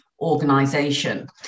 organization